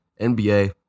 NBA